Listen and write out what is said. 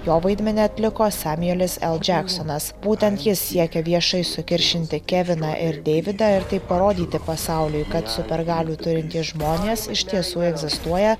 jo vaidmenį atliko samiuelis el džeksonas būtent jis siekia viešai sukiršinti keviną ir deividą ir taip parodyti pasauliui kad super galių turintys žmonės iš tiesų egzistuoja